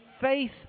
faith